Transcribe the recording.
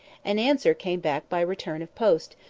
an answer came back by return of post,